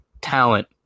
talent